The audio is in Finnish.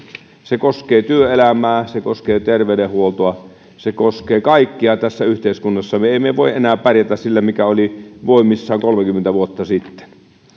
se koskee työelämää se koskee terveydenhuoltoa se koskee kaikkea tässä yhteiskunnassa me emme voi enää pärjätä sillä mikä oli voimissaan kolmekymmentä vuotta sitten